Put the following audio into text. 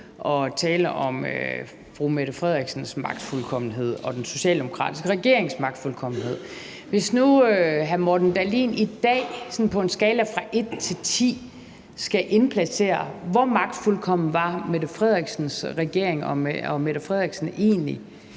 at tale om statministerens magtfuldkommenhed og den socialdemokratiske regerings magtfuldkommenhed. Kan hr. Morten Dahlin nu i dag sådan på en skala fra 1 til 10 indplacere, hvor magtfuldkommen regeringen Mette Frederiksen I og statministeren egentlig